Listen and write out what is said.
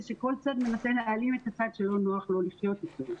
זה שכל צד מנסה להעלים את הצד שלא נוח לו לחיות אתו.